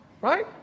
right